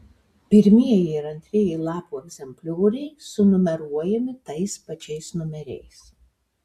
pirmieji ir antrieji lapų egzemplioriai sunumeruojami tais pačiais numeriais